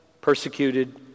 persecuted